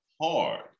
hard